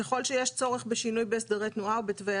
ככל שיש צורך בשינוי בהסדרי תנועה ובתוואי